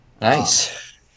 Nice